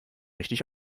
richtig